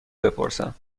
بپرسم